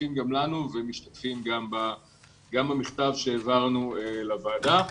משותפים גם לנו ומשתתפים במכתב שהעברנו לוועדה.